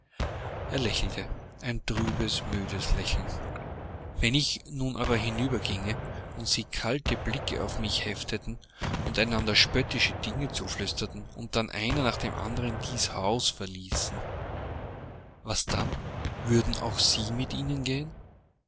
er lächelte ein trübes müdes lächeln wenn ich nun aber hinüber ginge und sie kalte blicke auf mich hefteten und einander spöttische dinge zuflüsterten und dann einer nach dem andern dies haus verließen was dann würden auch sie mit ihnen gehen